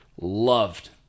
loved